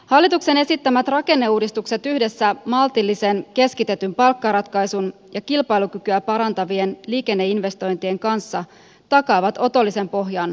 hallituksen esittämät rakenneuudistukset yhdessä maltillisen keskitetyn palkkaratkaisun ja kilpailukykyä parantavien liikenneinvestointien kanssa takaavat otollisen pohjan tulevaan